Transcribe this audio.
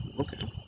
Okay